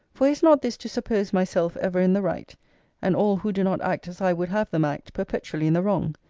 for is not this to suppose myself ever in the right and all who do not act as i would have them act, perpetually in the wrong?